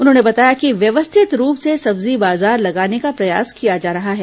उन्होंने बताया कि व्यवस्थित रूप से सब्जी बाजार लगाने का प्रयास किया जा रहा है